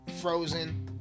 Frozen